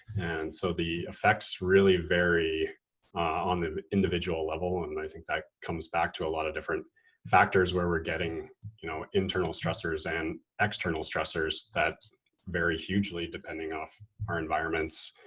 and so the effects really vary on the individual level and and i think that comes back to a lot of different factors where we're getting you know internal stressors and external stressors that vary hugely depending off our environments,